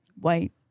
white